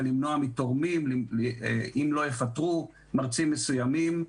למנוע מתורמים לתרום אם לא יפטרו מרצים מסוימים.